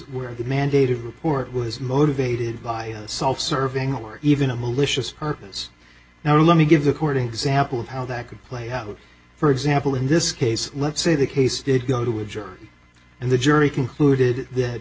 where the mandated report was motivated by self serving or even a malicious purpose now let me give according to sample of how that could play out for example in this case let's say the case did go to a jury and the jury concluded that